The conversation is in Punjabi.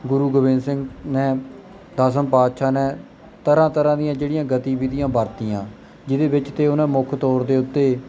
ਗੁਰੂ ਗੋਬਿੰਦ ਸਿੰਘ ਨੇ ਦਸਮ ਪਾਤਸ਼ਾਹ ਨੇ ਤਰ੍ਹਾਂ ਤਰ੍ਹਾਂ ਦੀਆਂ ਜਿਹੜੀਆਂ ਗਤੀਵਿਧੀਆਂ ਵਰਤੀਆਂ ਜਿਹਦੇ ਵਿੱਚ ਤੇ ਉਹਨਾਂ ਮੁੱਖ ਤੌਰ ਦੇ ਉੱਤੇ